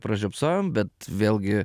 pražiopsojom bet vėlgi